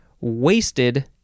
wasted